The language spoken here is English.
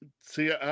See